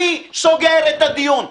אני סוגר את הדיון.